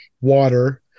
water